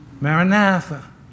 maranatha